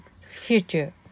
future